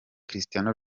cristiano